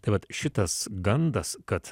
tai vat šitas gandas kad